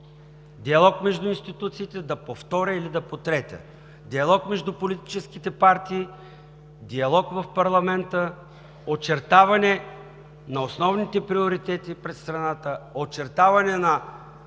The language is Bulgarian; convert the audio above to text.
диалог между институциите, да повторя или да потретя, диалог между политическите партии, диалог в парламента, очертаване на основните приоритети пред страната, очертаване на